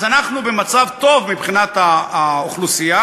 אז אנחנו במצב טוב מבחינת האוכלוסייה,